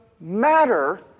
matter